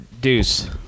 Deuce